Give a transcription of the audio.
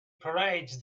parades